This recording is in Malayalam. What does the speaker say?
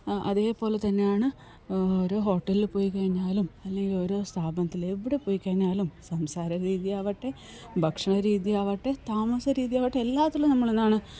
അതേപോലെ തന്നെയാണ് ഒരു ഹോട്ടലിൽ പോയി കഴിഞ്ഞാലും അല്ലെങ്കില് ഒരു സ്ഥാപനത്തിൽ എവിടെ പോയി കഴിഞ്ഞാലും സംസാരരീതി ആവട്ടെ ഭക്ഷണരീതി ആവട്ടെ താമസരീതി ആവട്ടെ എല്ലാത്തിലും നമ്മളെന്താണ്